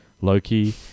Loki